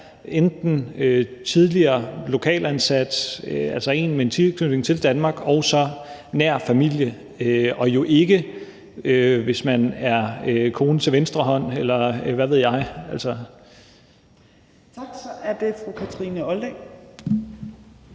enten er tidligere lokalt ansat, altså en med en tilknytning til Danmark, eller nær familie – og jo ikke, hvis man er kone til venstre hånd, eller hvad ved jeg. Kl. 18:32 Tredje næstformand (Trine